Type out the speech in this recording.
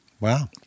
Wow